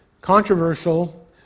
controversial